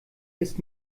ist